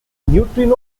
neutrino